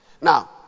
now